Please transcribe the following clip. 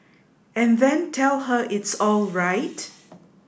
and then tell her it's alright